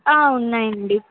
ఉన్నాయండి